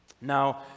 Now